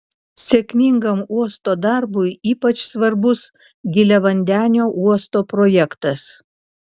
sėkmingam uosto darbui ypač svarbus giliavandenio uosto projektas